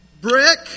brick